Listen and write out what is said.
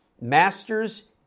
Masters